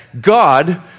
God